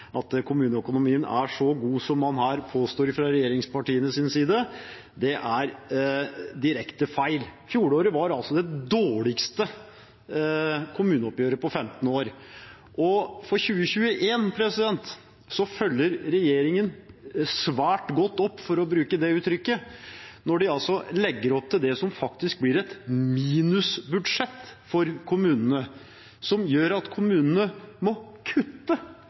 at kommuneøkonomien er så god som man her påstår fra regjeringspartienes side. Det er direkte feil. Fjorårets kommuneoppgjør var altså det dårligste på 15 år. For 2021 følger regjeringen svært godt opp – for å bruke det uttrykket – når den legger opp til det som faktisk blir et minusbudsjett for kommunene, som gjør at kommunene må kutte